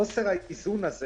חוסר האיזון הזה